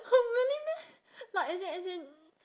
!huh! really meh like as in as in